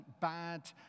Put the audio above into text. bad